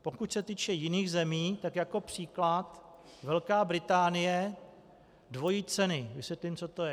Pokud se týče jiných zemí, tak jako příklad Velká Británie dvojí ceny, vysvětlím, co to je.